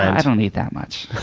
i don't need that much.